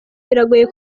biragoye